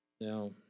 Now